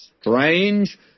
strange